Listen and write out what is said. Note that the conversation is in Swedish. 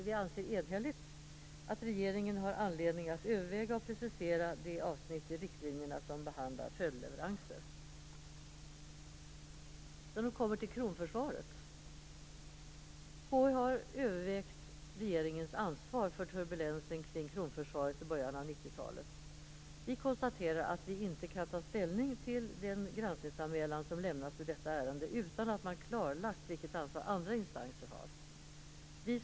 Vi anser enhälligt att regeringen har anledning att överväga och precisera det avsnitt i riktlinjerna som behandlar följdleveranser. Så kommer jag till kronförsvaret. KU har också övervägt regeringens ansvar för turbulensen kring kronförsvaret i början av 90-talet. Vi konstaterar att vi inte kan ta ställning till den granskningsanmälan som lämnats i detta ärende utan att man klarlagt vilket ansvar andra instanser har.